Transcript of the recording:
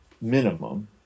minimum